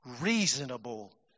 reasonable